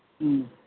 ம்